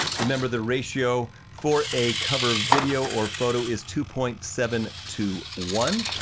remember the ratio for a cover video or photo is two point seven to one.